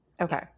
Okay